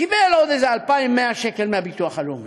קיבל עוד איזה 2,100 שקל מהביטוח הלאומי.